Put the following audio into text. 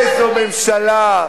איזו ממשלה.